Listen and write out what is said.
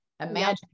Imagine